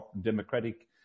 democratic